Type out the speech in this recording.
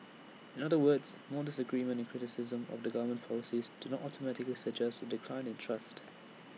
in other words more disagreement and criticism of the government policies do not automatically suggest A decline in trust